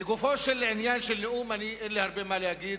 לגופו של עניין, של נאום, אין לי הרבה מה להגיד.